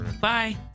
Bye